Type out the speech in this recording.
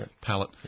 palette